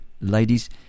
ladies